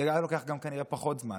זה היה לוקח כנראה גם פחות זמן,